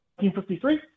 1953